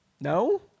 No